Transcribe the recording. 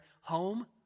home